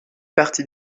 partie